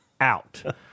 out